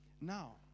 Now